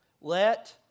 let